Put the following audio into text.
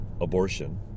abortion